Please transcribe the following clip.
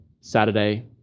Saturday